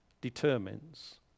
determines